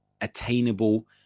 attainable